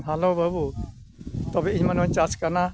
hello ᱵᱟᱹᱵᱩ ᱛᱚᱵᱮ ᱤᱧᱢᱟ ᱱᱚᱣᱟᱧ ᱪᱟᱥ ᱠᱟᱱᱟ